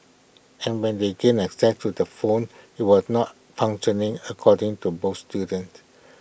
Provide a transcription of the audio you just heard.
and when they gained access to the phone IT was not functioning according to both students